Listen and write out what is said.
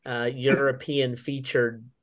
European-featured